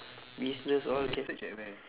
business all can